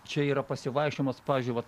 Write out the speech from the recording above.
čia yra pasivaikščiojimas pavyzdžiui vat